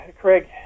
Craig